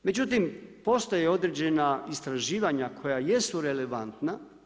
Međutim, postoje određena istraživanja koja jesu relevantna.